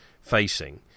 facing